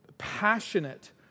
passionate